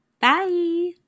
Bye